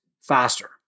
faster